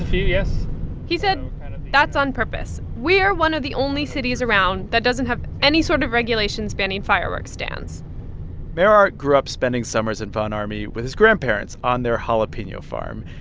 few, yeah he said that's on purpose. we are one of the only cities around that doesn't have any sort of regulations banning fireworks stands mayor art grew up spending summers in von ormy with his grandparents on their jalapeno farm.